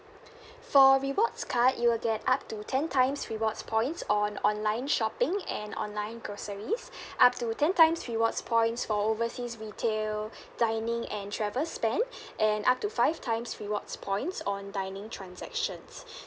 for rewards card you will get up to ten times rewards points on online shopping and online groceries up to ten times rewards points for overseas retail dining and travels spend and up to five times rewards points on dining transactions